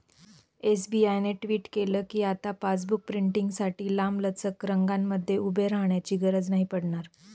SBI ने tweet केल कीआता पासबुक प्रिंटींगसाठी लांबलचक रंगांमध्ये उभे राहण्याची गरज नाही पडणार